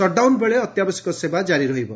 ସଟ୍ଡାଉନ୍ବେଳେ ଅତ୍ୟାବଶ୍ୟକ ସେବା ଜାରି ରହିବ